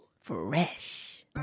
Fresh